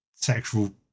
sexual